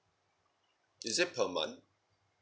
is it per month